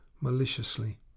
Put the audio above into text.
maliciously